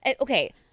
Okay